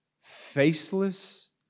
faceless